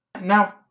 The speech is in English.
Now